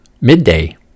midday